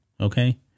Okay